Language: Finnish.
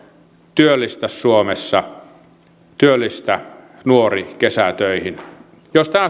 työllistä suomessa työllistä nuori kesätöihin jos tämä